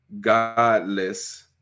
godless